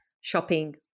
shopping